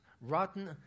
rotten